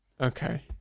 okay